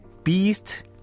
Beast